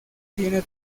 tiene